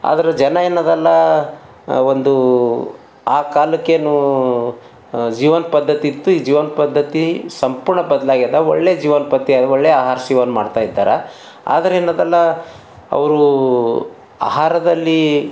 ಆದ್ರೆ ಜನ ಏನದಲ್ಲ ಒಂದು ಆ ಕಾಲಕ್ಕೇನು ಜೀವನ ಪದ್ಧತಿ ಇತ್ತು ಈ ಜೀವನ ಪದ್ಧತಿ ಸಂಪೂರ್ಣ ಬದಲಾಗದ ಒಳ್ಳೆ ಜೀವನ ಪತ್ತಿ ಒಳ್ಳೆ ಆಹಾರ ಸೇವನ್ ಮಾಡ್ತಾ ಇದ್ದಾರೆ ಆದ್ರೆ ಏನದಲ್ಲ ಅವರು ಆಹಾರದಲ್ಲಿ